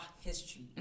history